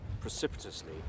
precipitously